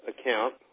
account